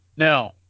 No